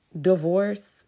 divorce